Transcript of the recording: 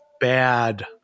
bad –